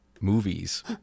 movies